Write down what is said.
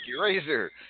Razor